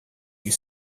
you